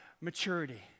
maturity